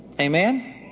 Amen